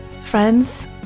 Friends